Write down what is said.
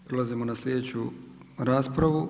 Prelazimo na sljedeću raspravu.